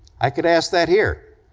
i could ask that here